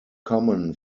common